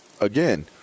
again